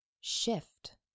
shift